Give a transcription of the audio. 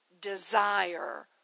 desire